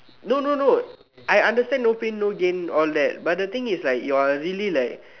no no no I understand no pain no gain all that but the thing is you're really like